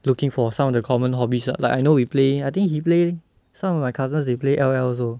looking for some of the common hobbies ah like I know we play I think he play some of my cousins they play L_O_L also